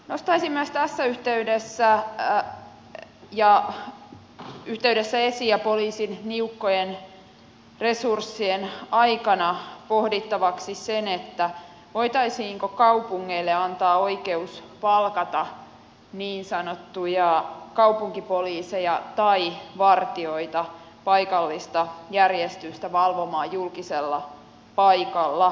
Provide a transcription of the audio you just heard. nostaisin myös tässä yhteydessä esiin ja poliisin niukkojen resurssien aikana pohdittavaksi sen voitaisiinko kaupungeille antaa oikeus palkata niin sanottuja kaupunkipoliiseja tai vartijoita valvomaan paikallista järjestystä julkisella paikalla